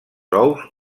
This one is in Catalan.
ous